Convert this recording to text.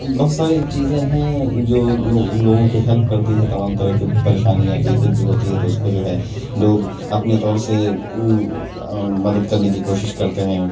بہت ساری چیزیں ہیں جو لوگوں کی ہیلپ کرتی ہیں تمام طرح کی پریشانی آتی ہے کچھ بھی ہوتی ہے تو اس کو جو ہے لوگ اپنے طور سے مدد کرنے کی کوشش کرتے ہیں